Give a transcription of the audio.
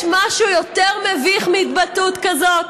יש משהו יותר מביך מהתבטאות כזאת?